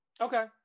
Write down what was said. Okay